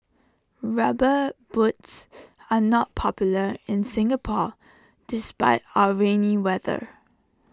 rubber boots are not popular in Singapore despite our rainy weather